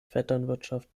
vetternwirtschaft